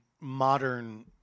modern